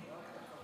השר,